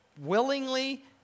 willingly